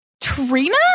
Trina